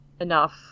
enough